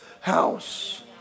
house